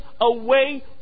away